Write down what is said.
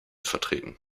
vertreten